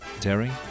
Terry